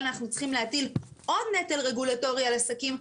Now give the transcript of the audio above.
אנחנו צריכים להטיל עוד נטל רגולטורי על עסקים,